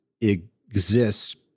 exists